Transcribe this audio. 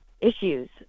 issues